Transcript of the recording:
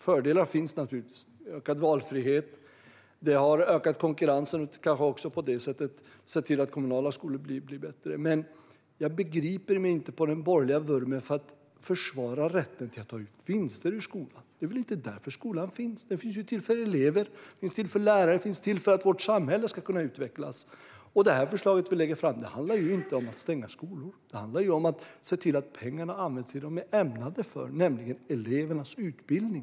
Fördelar finns naturligtvis - det har gett ökad valfrihet och ökad konkurrens och på det sättet kanske också sett till att kommunala skolor blivit bättre. Men jag begriper mig inte på den borgerliga vurmen för att försvara rätten att ta ut vinster ur skolan. Det är väl inte därför skolan finns? Den finns ju till för elever, för lärare och för att vårt samhälle ska kunna utvecklas. Det förslag som vi lägger fram handlar inte om att stänga skolor, utan det handlar om att se till att pengarna används till det som de är ämnade för, nämligen elevernas utbildning.